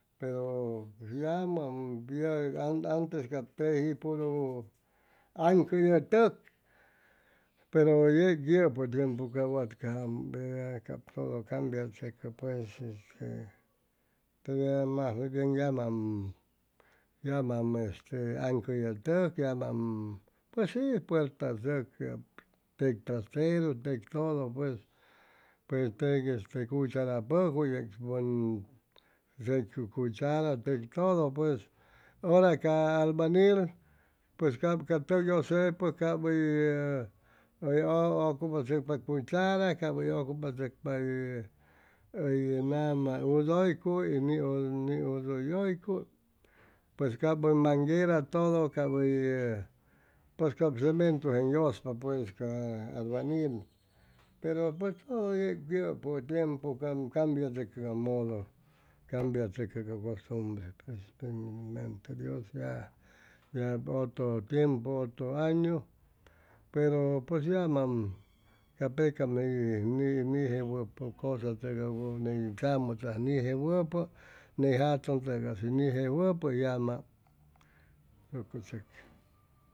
Pero yamam ya antes cap teji puru aŋcʉyʉtʉk pero yeg yʉpʉ tiempu cap wat cajam verda cap todo cambiahʉcʉ pues este mas bien yamam yamam aŋcʉ ye tʉk yamam pues si puerta chʉqui tec trasteru tec todo pues tec cuchara pʉcuy yec pʉn tec cucara tec todo pues hora ca albañil pues cap ca tʉk yʉsepʉ cap hʉy ʉcupachʉcpa cuchara cap hʉy ʉcupachʉcpa hʉy hʉ nama udʉycuy niudʉycuy pues cap hʉy manguera todo cap pues cap cementu jeŋ yʉspa pues ca albañil pero pues todo yec yʉpʉ tiempu cambiachʉcʉ ca modo cambiachʉcʉ cap ca costumbre primerante dios ya otro tiempu y otro añu pero pues yamam ca pecam hʉy nijejwʉpʉ cosa tʉgay ni tzamʉ hʉy nijejwʉpʉ ni jatʉntʉgay hʉy nijejwʉpʉ yamam tucuychʉcʉ